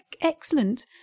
excellent